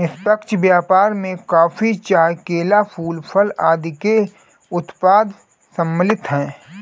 निष्पक्ष व्यापार में कॉफी, चाय, केला, फूल, फल आदि के उत्पाद सम्मिलित हैं